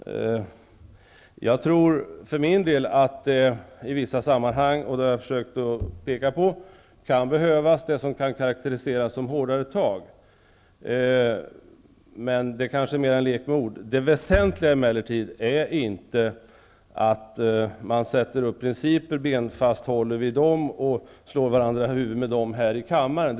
För min del tror jag att det i vissa sammanhang -- vilket jag har försökt peka på -- kan behövas sådant som kan karakteriseras som hårdare tag. Men det kanske mera är en lek med ord. Det väsentliga är emellertid inte att man sätter upp principer, håller benhårt på dem och slår varandra i huvudet med dem här i kammaren.